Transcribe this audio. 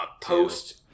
post